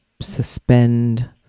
suspend